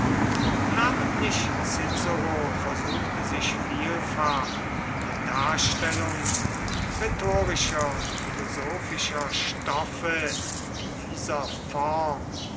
namentlich cicero versuchte sich vielfach in der darstellung rhetorischer und philosophischer stoffe in dieser form